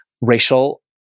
racial